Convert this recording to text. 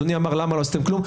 אדוני אמר, למה לא עשיתם כלום?